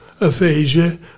aphasia